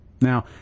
Now